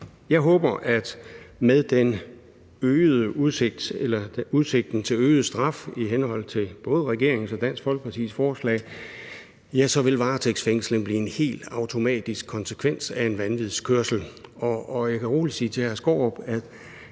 jeg håber, at med udsigten til øget straf i henhold til både regeringens og Dansk Folkepartis forslag vil varetægtsfængsling blive en helt automatisk konsekvens af vanvidskørsel. Og jeg kan roligt sige til hr. Peter Skaarup, at